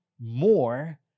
more